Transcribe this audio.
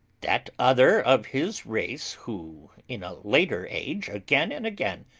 that other of his race who, in a later age, again and again,